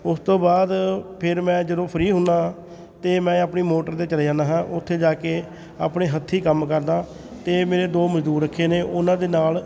ਉਸ ਤੋਂ ਬਾਅਦ ਫਿਰ ਮੈਂ ਜਦੋਂ ਫ੍ਰੀ ਹੁੰਦਾ ਤਾਂ ਮੈਂ ਆਪਣੀ ਮੋਟਰ 'ਤੇ ਚਲਾ ਜਾਂਦਾ ਹਾਂ ਉੱਥੇ ਜਾ ਕੇ ਆਪਣੇ ਹੱਥੀਂ ਕੰਮ ਕਰਦਾ ਅਤੇ ਮੇਰੇ ਦੋ ਮਜ਼ਦੂਰ ਰੱਖੇ ਨੇ ਉਹਨਾਂ ਦੇ ਨਾਲ